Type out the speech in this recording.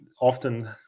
often